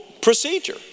procedure